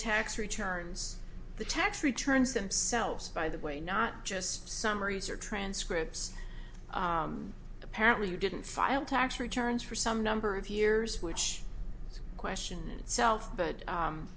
tax returns the tax returns themselves by the way not just summaries or transcripts apparently you didn't file tax returns for some number of years which is a question in itself but